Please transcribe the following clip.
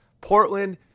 Portland –